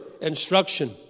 instruction